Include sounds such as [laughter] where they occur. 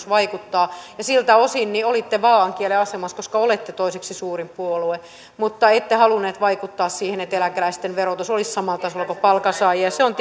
[unintelligible] vaikuttaa ja siltä osin olitte vaaankielen asemassa koska olette toiseksi suurin puolue mutta ette halunneet vaikuttaa siihen että eläkeläisten verotus olisi samalla tasolla kuin palkansaajien se on [unintelligible]